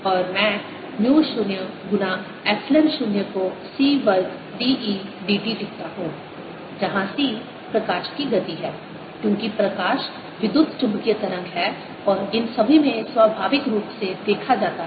और मैं म्यू 0 गुना एप्सिलॉन 0 को C वर्ग d E d t लिखता हूँ जहाँ C प्रकाश की गति है क्योंकि प्रकाश विद्युतचुम्बकीय तरंग है और इन सभी में स्वाभाविक रूप से देखा जाता है